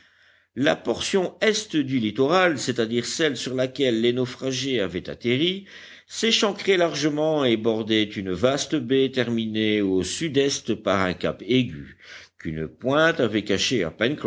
la portion est du littoral c'est-à-dire celle sur laquelle les naufragés avaient atterri s'échancrait largement et bordait une vaste baie terminée au sud-est par un cap aigu qu'une pointe avait caché